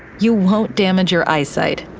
you won't damage your eyesight.